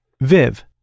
Viv